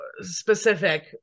specific